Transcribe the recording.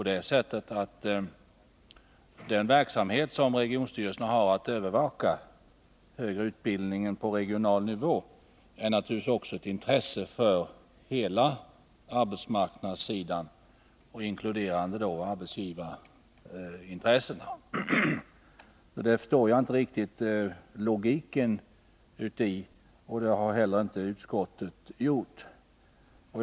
Den verksamhet som regionstyrelsen har att övervaka, den högre utbildningen på regional nivå, är naturligtvis ett intresse för hela arbetsmarknadssidan, inkluderande arbetsgivarintressena. Jag förstår inte riktigt logiken i kommunisternas resonemang, och det har inte heller utskottet gjort. Herr talman!